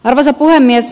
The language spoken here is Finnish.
arvoisa puhemies